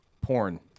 Porn